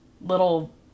little